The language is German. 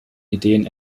ideen